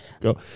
go